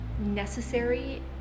necessary